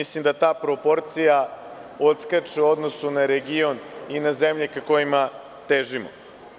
Mislim da ta proporcija odskače u odnosu na region i na zemlje ka kojima težimo.